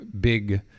big